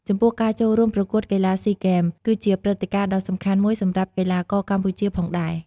ចំពោះ ការចូលរួមប្រកួតកីឡាស៊ីហ្គេម គឺជាព្រឹត្តិការណ៍ដ៏សំខាន់មួយសម្រាប់កីឡាករកម្ពុជាផងដែរ។